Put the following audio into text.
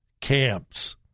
camps